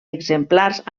exemplars